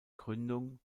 gründung